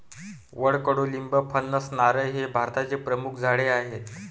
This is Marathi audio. वड, कडुलिंब, फणस, नारळ हे भारताचे प्रमुख झाडे आहे